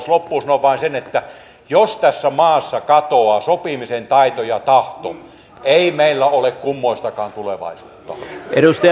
loppuun sanon vain sen että jos tässä maassa katoaa sopimisen taito ja tahto ei meillä ole kummoistakaan tulevaisuutta